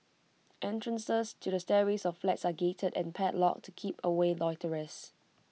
entrances to the stairways of flats are gated and padlocked to keep away loiterers